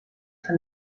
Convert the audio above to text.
que